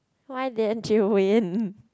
why didn't you win